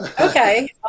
Okay